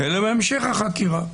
אלא בהמשך החקירה.